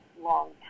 long